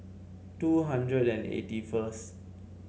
two hundred and eighty first